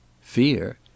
Fear